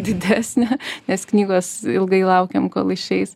didesnė nes knygos ilgai laukėm kol išeis